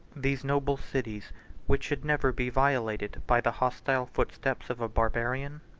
these noble cities which should never be violated by the hostile footsteps of a barbarian?